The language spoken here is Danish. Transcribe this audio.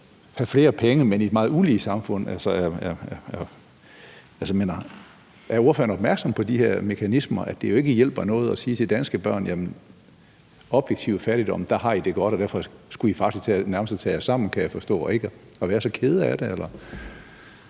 man har flere penge, men i et meget ulige samfund? Er ordføreren opmærksom på de her mekanismer, altså at det jo ikke hjælper noget at sige til danske børn, at i forhold til objektiv fattigdom har de det godt, og at de derfor faktisk nærmest skulle til at tage sig sammen, kan jeg forstå, og ikke være så kede af det?